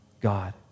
God